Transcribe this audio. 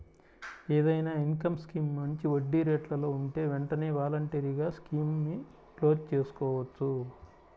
ఏదైనా income scheme మంచి వడ్డీరేట్లలో ఉంటే వెంటనే వాలంటరీగా స్కీముని క్లోజ్ చేసుకోవచ్చు